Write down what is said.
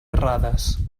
errades